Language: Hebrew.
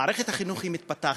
מערכת החינוך מתפתחת.